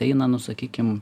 eina nu sakykim